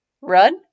Run